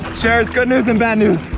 sharers, good news and bad news.